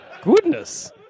Goodness